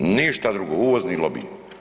Ništa drugo, uvozni lobi.